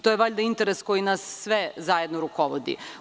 To je valjda interes koji nas sve zajedno rukovodi.